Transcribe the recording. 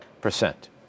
percent